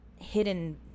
hidden